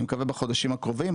אני מקווה בחודשים הקרובים,